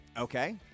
Okay